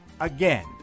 again